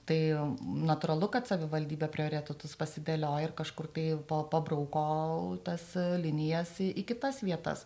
tai natūralu kad savivaldybė prioritetus pasidėlioja ir kažkur tai pa pabrauko tas linijas į kitas vietas